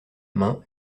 main